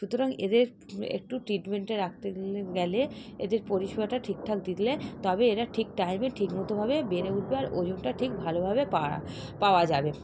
সুতরাং এদের একটু ট্রিটমেন্টে রাখতে গেলে গেলে এদের পরিষেবাটা ঠিকঠাক দিলে তবে এরা ঠিক টাইমে ঠিকমতো ভাবে বেড়ে উঠবে আর ওজনটা ঠিক ভালোভাবে পারা পাওয়া যাবে